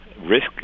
risk